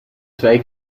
zwei